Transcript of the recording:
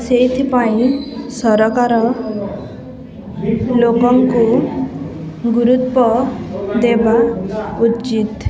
ସେଇଥିପାଇଁ ସରକାର ଲୋକଙ୍କୁ ଗୁରୁତ୍ୱ ଦେବା ଉଚିତ